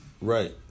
Right